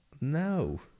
No